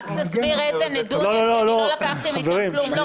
רק תסביר איזה נדוניה, כי לא לקחתי מכם כלום.